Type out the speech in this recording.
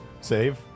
save